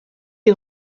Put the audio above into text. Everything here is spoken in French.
est